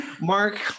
mark